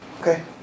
Okay